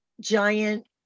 giant